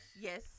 Yes